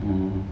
mm